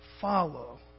follow